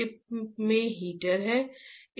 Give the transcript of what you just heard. chip में heater है